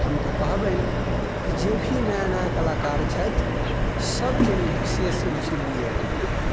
हम तऽ कहबनि कि जे भी नया नया कलाकार छथि सभके एहिमे विशेष रुचि लिअके